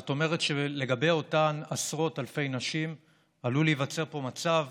זאת אומרת שלגבי אותן עשרות אלפי נשים עלול להיווצר פה מצב